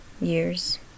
years